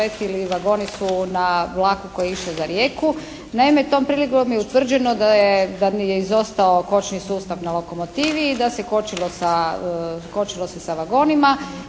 izletili vagoni su na vlak koji je išao za Rijeku. Naime tom prilikom je utvrđeno da je izostao kočni sustav na lokomotivi i da se kočilo sa vagonima